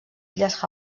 illes